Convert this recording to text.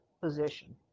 position